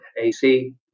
AC